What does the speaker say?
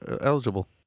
eligible